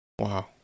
Wow